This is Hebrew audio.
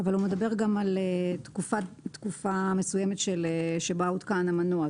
אבל הוא מדבר גם על תקופה מסוימת שבה הותקן המנוע.